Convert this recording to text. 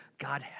God